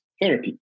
therapy